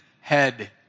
head